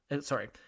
Sorry